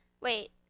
Wait